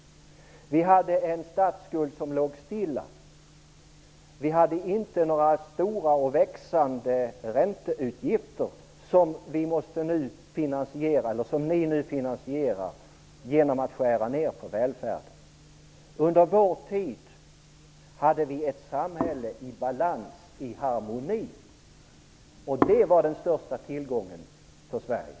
Vi hade en statsskuld som låg stilla. Vi hade inte några stora och växande ränteutgifter, sådana som ni nu finansierar genom att skära ned på välfärden. Under vår tid hade vi ett samhälle i balans och i harmoni. Det var den största tillgången för Sverige.